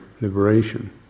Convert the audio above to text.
liberation